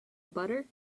butter